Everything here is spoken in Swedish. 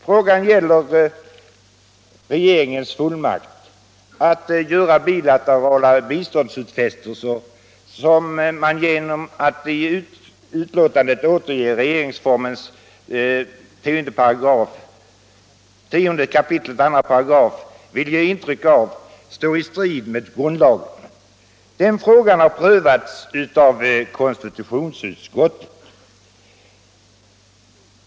Frågan gäller regeringens fullmakt att göra bilaterala biståndsutfästelser, som man genom att återge regeringsformens 10 kap. 2 § vill ge intryck av står i strid mot grundlagen. Den frågan har prövats av konstitutionsutskottet.